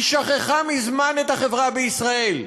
היא שכחה מזמן את החברה בישראל,